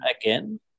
again